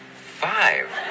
Five